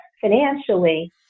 financially